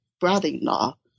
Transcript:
brother-in-law